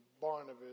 Barnabas